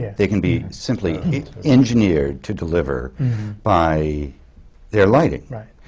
yeah they can be simply engineered to deliver by their lighting. right.